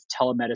telemedicine